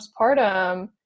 postpartum